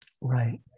Right